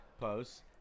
posts